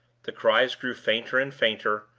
the cries grew fainter and fainter,